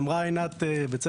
אמרה עינת בצדק,